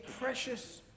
precious